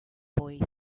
boy